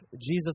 Jesus